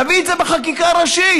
נביא את זה בחקיקה ראשית.